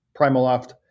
Primaloft